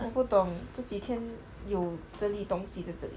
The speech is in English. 我不懂这几天有这粒东西在这里